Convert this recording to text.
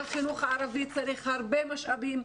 והחינוך הערבי צריך הרבה משאבים,